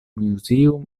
museum